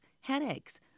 headaches